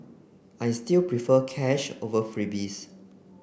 I still prefer cash over freebies